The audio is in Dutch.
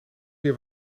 meer